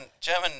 German